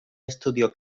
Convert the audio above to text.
estudio